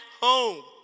home